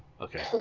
okay